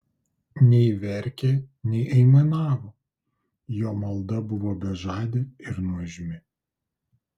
nei verkė nei aimanavo jo malda buvo bežadė ir nuožmi